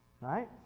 right